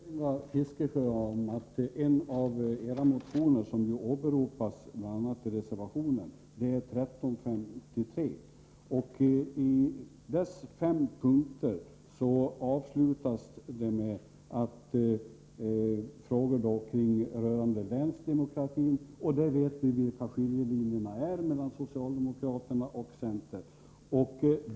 Fru talman! Jag vill erinra Bertil Fiskesjö om att en av era motioner, nr 1353, som åberopas i reservationen, innehåller fem punkter som avslutas med frågor rörande länsdemokratin. Vi vet vilka skiljelinjer som där finns mellan socialdemokraterna och centern.